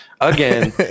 again